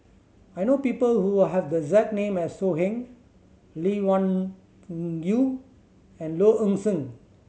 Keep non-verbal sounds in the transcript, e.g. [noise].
I know people who have the exact name as So Heng Lee Wung [hesitation] Yew and Low Ing Sing